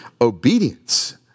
obedience